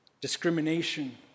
discrimination